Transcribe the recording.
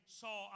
saw